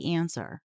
answer